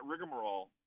rigmarole